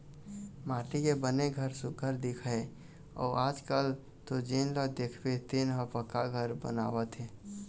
माटी के बने घर सुग्घर दिखय अउ आजकाल तो जेन ल देखबे तेन ह पक्का घर बनवावत हे